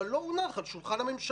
אבל לא הונח על שולחן הממשלה.